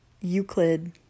Euclid